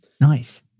Nice